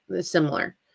similar